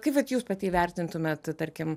kaip vat jūs pati įvertintumėt tarkim